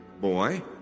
boy